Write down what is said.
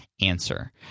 answer